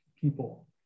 people